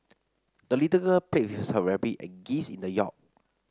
the little girl played with her rabbit and geese in the yard